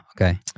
Okay